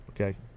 Okay